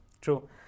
True